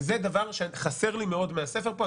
וזה דבר שחסר לי מאוד מהספר פה,